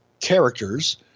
characters